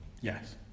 Yes